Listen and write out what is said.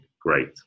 great